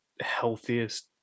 healthiest